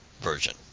version